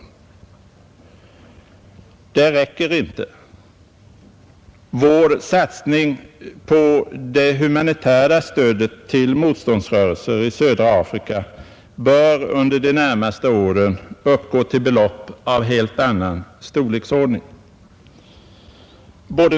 Men det räcker inte — vår satsning på det humanitära stödet till motståndsrörelser i södra Afrika bör under de närmaste åren uppgå till belopp av en helt annan storleksordning.